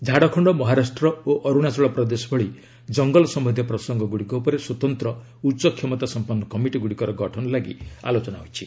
ଝାଡ଼ଖଣ୍ଡ ମହାରାଷ୍ଟ୍ ଓ ଅର୍ଣାଚଳ ପ୍ରଦେଶ ଭଳି ଜଙ୍ଗଲ ସମ୍ବନ୍ଧୀୟ ପ୍ରସଙ୍ଗଗୁଡ଼ିକ ଉପରେ ସ୍ୱତନ୍ତ୍ର ଉଚ୍ଚକ୍ଷମତା ସମ୍ପନ୍ତ କମିଟିଗୁଡ଼ିକର ଗଠନ ଲାଗି ଆଲୋଚନା ହୋଇଛି